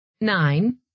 Nine